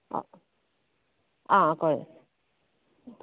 आं आं कळ्ळें